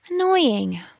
Annoying